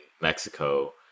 Mexico